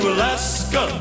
Alaska